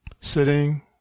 Sitting